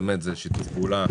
זה שיתוף פעולה